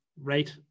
right